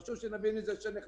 חשוב שנבין שהם נחנקים.